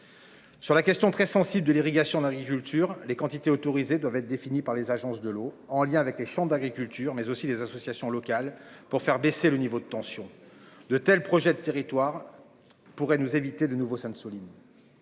Sur la question très sensible l'irrigation riziculture les quantités autorisées, doivent être définis par les agences de l'eau en lien avec les chambres d'agriculture, mais aussi les associations locales pour faire baisser le niveau de tension, de tels projets de territoire. Pourrait nous éviter de nouveaux Sainte-Soline.